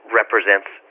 represents